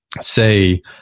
say